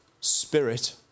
spirit